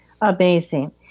amazing